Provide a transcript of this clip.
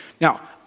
Now